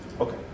Okay